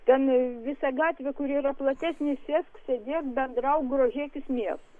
ten visa gatvė kur yra platesnė sėsk sėdėk bendrauk grožėkis miestu